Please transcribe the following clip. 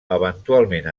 eventualment